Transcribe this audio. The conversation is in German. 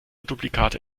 duplikate